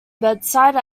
bedside